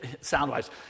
sound-wise